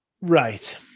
Right